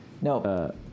No